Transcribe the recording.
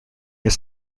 his